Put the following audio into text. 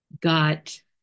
got